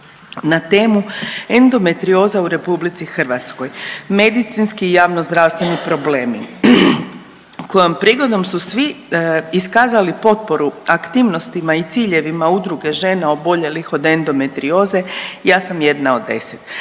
na temu „Endometrioza u RH – medicinski i javnozdravstveni problemi“ kojom prigodom su svi iskazali potporu aktivnostima i ciljevima Udruge Žena oboljelih od endometrioze – Ja sam 1 od 10.